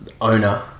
owner